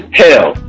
hell